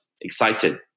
excited